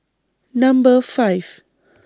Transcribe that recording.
Number five